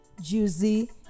juicy